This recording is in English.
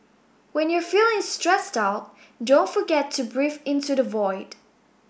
when you are feeling stressed out don't forget to breathe into the void